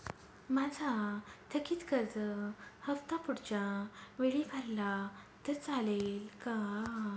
माझा थकीत कर्ज हफ्ता पुढच्या वेळी भरला तर चालेल का?